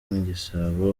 nk’igisabo